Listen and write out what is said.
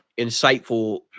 insightful